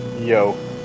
Yo